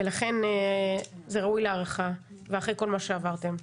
לכן זה ראוי להערכה ואחרי כל מה שעברתם.